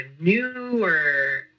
newer